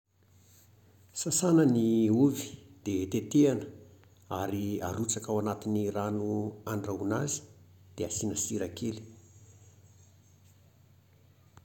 Sasana ny ovy dia tetehana. Ary arotsaka ao anatin'ny rano andrahoana azy dia asiana sira kely.